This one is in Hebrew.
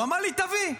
והוא אמר לי: תביא.